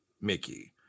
Mickey